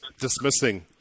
dismissing